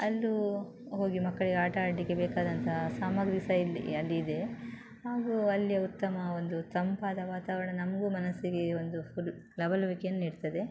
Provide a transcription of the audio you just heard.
ಅಲ್ಲೂ ಹೋಗಿ ಮಕ್ಕಳಿಗೆ ಆಟ ಆಡಲಿಕ್ಕೆ ಬೇಕಾದಂತಹ ಸಾಮಗ್ರಿ ಸಹ ಇಲ್ಲಿ ಅಲ್ಲಿ ಇದೆ ಹಾಗೂ ಅಲ್ಲಿಯ ಉತ್ತಮ ಒಂದು ತಂಪಾದ ವಾತಾವರಣ ನಮಗೂ ಮನಸ್ಸಿಗೆ ಒಂದು ಹುಲ್ಲು ಲವಲವಿಕೆಯನ್ನು ನೀಡ್ತದೆ